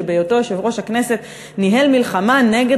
שבהיותו יושב-ראש הכנסת ניהל מלחמה נגד